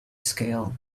scale